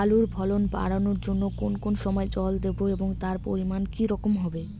আলুর ফলন বাড়ানোর জন্য কোন কোন সময় জল দেব এবং তার পরিমান কি রকম হবে?